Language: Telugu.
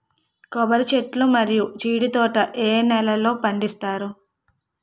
కొబ్బరి చెట్లు మరియు జీడీ తోట ఏ నేలల్లో పండిస్తారు?